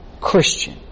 Christian